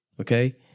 okay